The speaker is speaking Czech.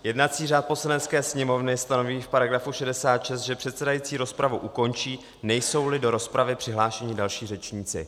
Jednací řád Poslanecké sněmovny stanoví v § 66, že předsedající rozpravu ukončí, nejsouli do rozpravy přihlášeni další řečníci.